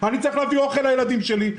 אני צריך להביא אוכל לילדים שלי.